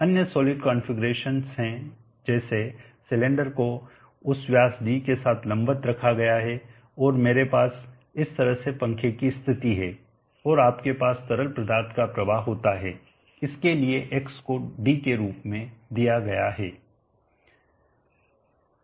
अन्य solid configuration है जैसे सिलेंडर को उस व्यास d के साथ लंबवत रखा गया है और मेरे पास इस तरह से पंखे की स्थिति है और आपके पास तरल पदार्थ का प्रवाह ऐसा है इसके लिए X को d के रूप में दिया गया है